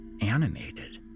animated